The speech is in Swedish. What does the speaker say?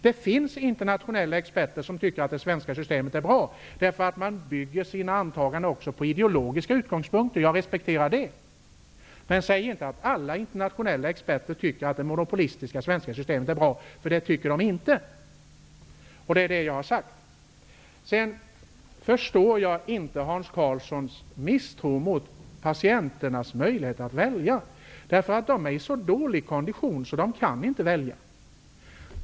Det finns internationella experter som tycker att det svenska systemet är bra, därför att man bygger sina slutsatser också på ideologiska utgångspunkter. Jag respekterar det. Men säg inte att alla internationella experter tycker att det monopolistiska svenska systemet är bra, för det tycker de inte. Det är vad jag har sagt. Jag förstår inte Hans Karlssons misstro mot patienternas möjligheter att välja. Han säger att de är i så dålig kondition att de inte kan välja.